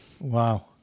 Wow